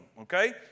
Okay